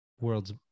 world's